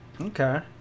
Okay